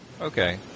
Okay